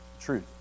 truth